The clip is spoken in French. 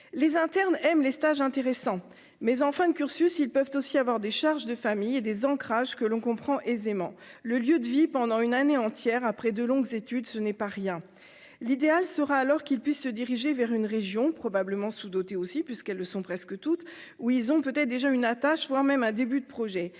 les internes, M. les stages intéressants, mais en fin de cursus, ils peuvent aussi avoir des charges de famille et des ancrages que l'on comprend aisément le lieu de vie pendant une année entière, après de longues études, ce n'est pas rien l'idéal sera alors qu'il puisse se diriger vers une région probablement sous-dotés aussi puisqu'elles sont presque toutes où ils ont peut-être déjà une attache, voire même un début de projet